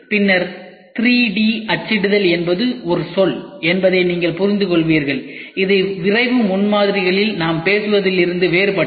பின்னர் 3D அச்சிடுதல் என்பது ஒரு சொல் என்பதை நீங்கள் புரிந்துகொள்வீர்கள் இது விரைவு முன்மாதிரிகளில் நாம் பேசுவதிலிருந்து வேறுபட்டது